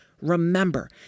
Remember